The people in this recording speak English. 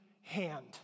hand